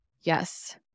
Yes